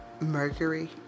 mercury